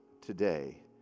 today